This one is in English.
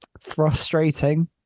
Frustrating